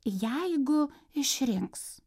jeigu išrinks